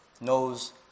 knows